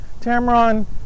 Tamron